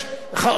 רבותי,